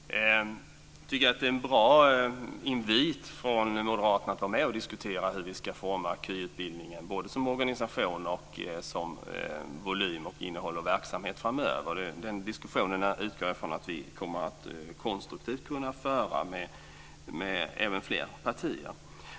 Fru talman! Jag tycker att det är en bra invit från Moderaterna att de vill vara med och diskutera hur vi ska forma KY-utbildningen vad gäller organisation, innehåll och verksamhet framöver. Den diskussionen utgår jag från att vi kommer att konstruktivt kunna föra med även fler partier.